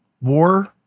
war